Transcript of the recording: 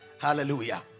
Hallelujah